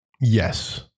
Yes